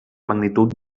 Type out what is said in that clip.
magnitud